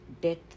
death